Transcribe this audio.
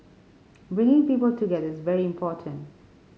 bringing people together is very important